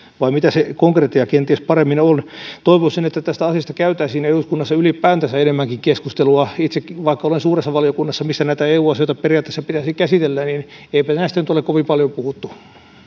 vai mitä se konkretia kenties paremmin on toivoisin että tästä asiasta käytäisiin eduskunnassa ylipäätänsä enemmänkin keskustelua vaikka olen suuressa valiokunnassa missä näitä eu asioita periaatteessa pitäisi käsitellä niin eipä näistä nyt ole kovin paljon puhuttu